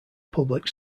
public